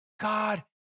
God